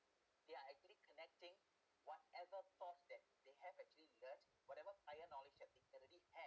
they are actually connecting whatever force that they have actually learn whatever prior knowledge that they already have